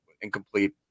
incomplete